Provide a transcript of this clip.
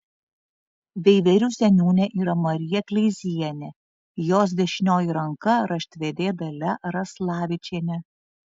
veiverių seniūnė yra marija kleizienė jos dešinioji ranka raštvedė dalia raslavičienė